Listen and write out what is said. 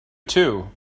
too